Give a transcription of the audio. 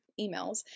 emails